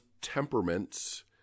temperaments